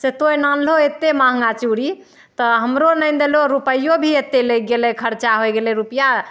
से तोइ लानलहो एते महँगा चूड़ी तऽ हमरो लानि देलहो रुपैओ भी एतेक लगि गेलै खर्चा होइ गेलै रुपआ